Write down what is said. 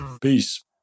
Peace